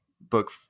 book